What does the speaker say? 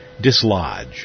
dislodge